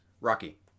Rocky